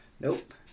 Nope